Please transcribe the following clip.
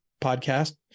podcast